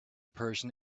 person